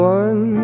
one